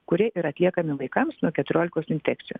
kurie yra atliekami vaikams nuo keturiolikos infekcijų